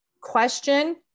question